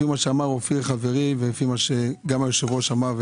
לפי מה שאמר אופיר חברי וגם מה שהיושב-ראש אמר,